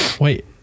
Wait